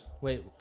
Wait